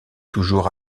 toujours